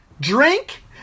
drink